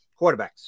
quarterbacks